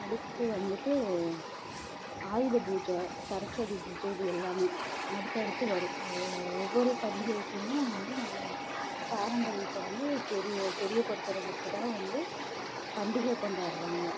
அடுத்து வந்துட்டு ஆயுத பூஜை சரஸ்வதி பூஜை இது எல்லாமே அடுத்தடுத்து வரும் ஒவ்வொரு பண்டிகைக்குமே வந்து நம்ம பாரம்பரியத்தை வந்து தெரிய தெரியப்படுத்துறதுக்கு தான் வந்து பண்டிகை கொண்டாடுறாங்க